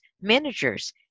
managers